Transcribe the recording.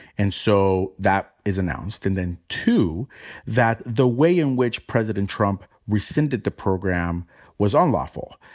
and so that is announced. and then two that the way in which president trump rescinded the program was unlawful.